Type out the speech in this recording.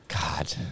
god